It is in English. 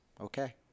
Okay